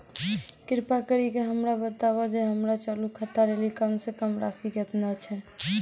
कृपा करि के हमरा बताबो जे हमरो चालू खाता लेली कम से कम राशि केतना छै?